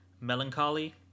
melancholy